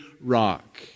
rock